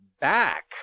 back